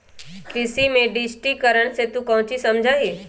कृषि में डिजिटिकरण से तू काउची समझा हीं?